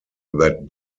that